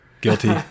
Guilty